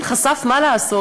מה לעשות,